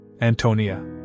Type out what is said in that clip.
Antonia